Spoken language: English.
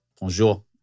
Bonjour